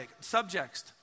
subjects